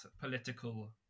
political